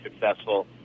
successful